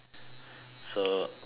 so so